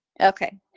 Okay